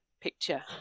picture